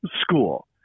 school